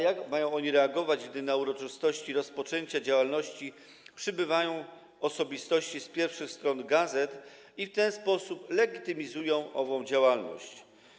Jak mają reagować, gdy na uroczystości rozpoczęcia działalności przybywają osobistości z pierwszych stron gazet i w ten sposób legitymizują ową działalność?